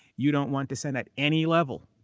you don't want dissent at any level.